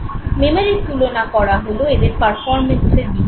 মেমোরির তুলনা করা হলো এদের পারফরম্যান্সের বিচারে